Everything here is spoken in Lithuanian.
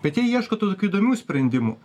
bet jie ieško tų tokių įdomių sprendimų